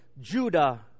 Judah